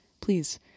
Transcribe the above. please